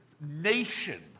nation